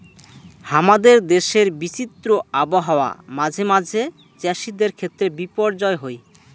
হামাদের দেশের বিচিত্র আবহাওয়া মাঝে মাঝে চ্যাসিদের ক্ষেত্রে বিপর্যয় হই